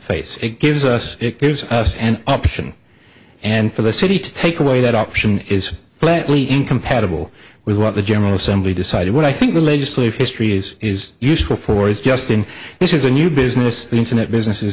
face it gives us it gives us an option and for the city to take away that option is plainly incompatible with what the general assembly decided what i think the legislative history is is useful for is just in this is a new business the internet business